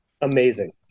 Amazing